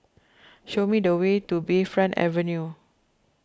show me the way to Bayfront Avenue